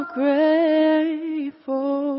grateful